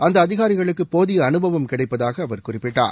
அந்த அதிகாரிகளுக்கு போதிய அனுபவம் கிடைப்பதாக அவர் குறிப்பிட்டார்